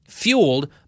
fueled